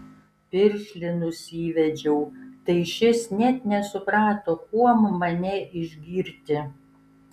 piršlį nusivedžiau tai šis net nesuprato kuom mane išgirti